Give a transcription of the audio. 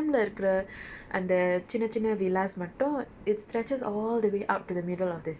that [one] stretches all the way out so அந்த:antha area லேஅந்த:le antha stem லே இருக்குற அந்த சின்ன சின்ன:le irukkura antha chinna chinna villas மட்டும்:mattum it stretches all the way out to the middle of the